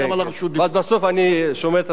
יש פה צוות רחב שעבד על החוק.